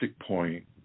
point